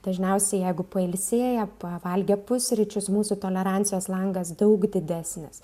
dažniausiai jeigu pailsėję pavalgę pusryčius mūsų tolerancijos langas daug didesnis